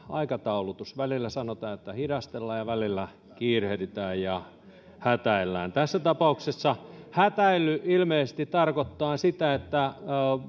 aikataulutus välillä sanotaan että hidastellaan ja välillä kiirehditään ja hätäillään tässä tapauksessa hätäily ilmeisesti tarkoittaa sitä että